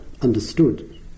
understood